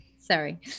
Sorry